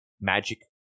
magic